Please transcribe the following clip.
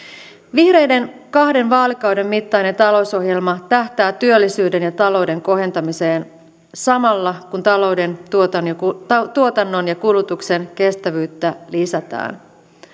vihreiden kahden vaalikauden mittainen talousohjelma tähtää työllisyyden ja talouden kohentamiseen samalla kun talouden tuotannon ja kulutuksen kestävyyttä lisätään